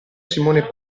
simone